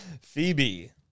Phoebe